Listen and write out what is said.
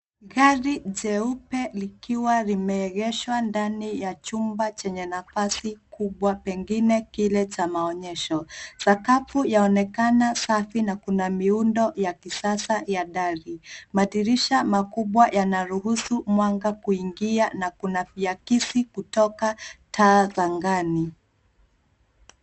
Gari jeupe likiwa limeegeshwa ndani ya chumba chenye nafasi kubwa pengine kile cha maonyesho. Sakafu inaonekana safi na kuna muindo ya kisasa ya dari. Madirisha makubwa yanaruhusu mwanga kuingia na kuna viakisi kutoka taa za ngani.